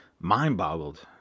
mind-boggled